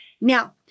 Now